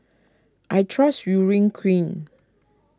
I trust Urea Cream